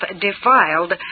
defiled